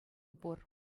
пур